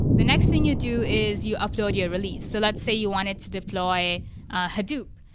the next thing you do is you upload your release. so let's say you wanted to deploy hadoop.